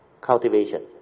cultivation